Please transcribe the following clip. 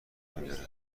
میاره